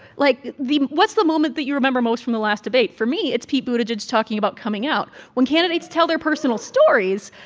like, the what's the moment that you remember most from the last debate? for me, it's pete buttigieg talking about coming out. when candidates tell their personal stories,